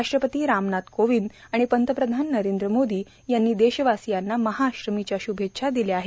राष्ट्रपती रामनाथ कोविंद आणि पंतप्रधान नरेंद्र मोदी यांनी देशवासियांना महाअष्टमीच्या श्भेच्छा दिल्या आहेत